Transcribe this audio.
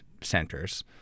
centers